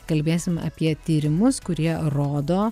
kalbėsim apie tyrimus kurie rodo